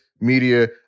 media